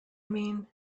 mean